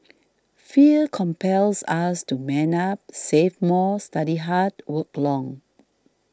fear compels us to man up save more study hard work long